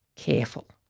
careful.